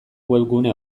webgune